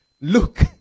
look